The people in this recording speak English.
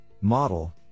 model